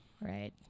Right